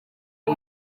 iki